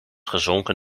gezonken